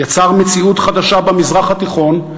הוא יצר מציאות חדשה במזרח התיכון,